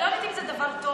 אני לא יודעת אם זה דבר טוב,